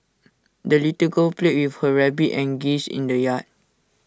the little girl played with her rabbit and geese in the yard